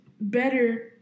better